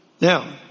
Now